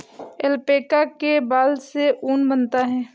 alpaca के बाल से ऊन बनता है